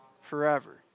forever